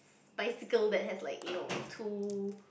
bicycle that has like you know two